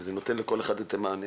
וזה נותן לכל אחד את המענה.